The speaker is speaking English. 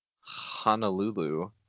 Honolulu